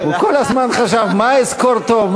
הוא כל הזמן חשב: מה אזכור טוב?